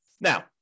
Now